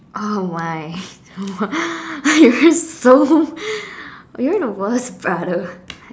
oh why you are so you are the worst brother